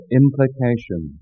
implication